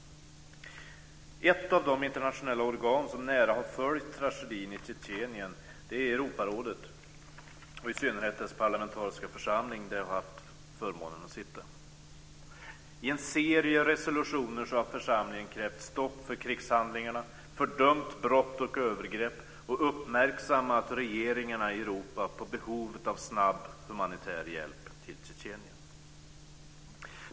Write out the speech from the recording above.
Ett av de internationella organ som nära följt tragedin i Tjetjenien är Europarådet och i synnerhet dess parlamentariska församling, där jag har haft förmånen att sitta. I en serie resolutioner har församlingen krävt stopp för krigshandlingarna, fördömt brott och övergrepp och uppmärksammat regeringarna i Europa på behovet av snabb humanitär hjälp till Tjetjenien.